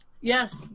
Yes